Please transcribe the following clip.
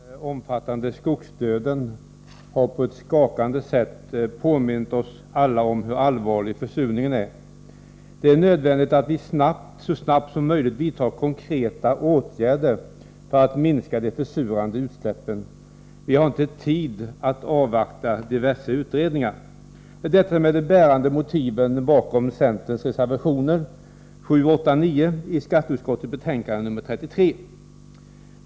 Herr talman! Den omfattande skogsdöden har på ett skakande sätt påmint oss alla om hur allvarlig försurningen är. Det är nödvändigt att vi så snart som möjligt vidtar konkreta åtgärder för att minska de försurande utsläppen. Vi har inte tid att avvakta diverse utredningar. Det är detta som är de bärande motiven för centerns reservationer 7, 8 och 9 i skatteutskottets betänkande nr 33.